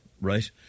right